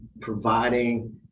providing